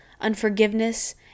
unforgiveness